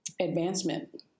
advancement